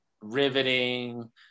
riveting